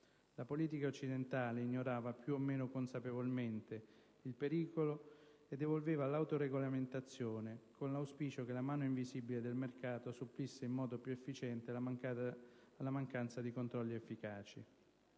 La politica occidentale ignorava, più o meno consapevolmente, il pericolo e devolveva all'autoregolamentazione, con l'auspicio che la «mano invisibile» del mercato supplisse in modo più efficiente alla mancanza di controlli efficaci.